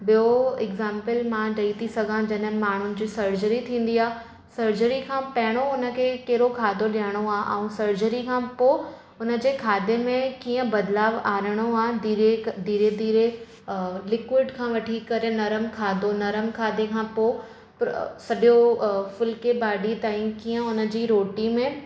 ॿियो एग्ज़ाम्प्ल मां ॾेई थी सघां जॾहिं माण्हुनि जी सर्जरी थींदी आहे सर्जरी खां पहिरियों हुन खे कहिड़ो खाधो ॾियणो आहे ऐं सर्जरी खां पोइ हुन जे खादे में कीअं बदिलाउ आणिणो आहे धीरे हिकु धीरे धीरे लिक्विड खां वठी करे नरमु खाधो नरम खादे खां पोइ सॼो फुल्के भाॼी तई कीअं हुन जी रोटी में